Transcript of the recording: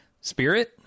spirit